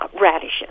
radishes